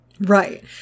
Right